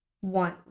One